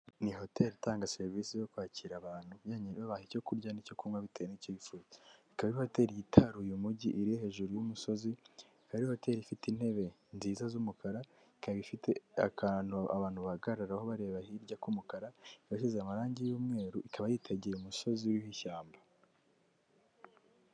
Ni hoteli itanga serivisi yo kwakira abantu banyuranye babaha icyo kurya n'icyo kunywa bitewe n'icyo bifuza, ikaba arai hoteli yitaruye umugi iri hejuru y'umusozi, ibakaba ari hotel ifite intebe nziza z'umukara, ikaba ifite akantu abantu bahagararaho bareba hirya k'umukara, ikaba isize amarangi y'umweru, ikaba yitegeye umusozi w'ihshyamba.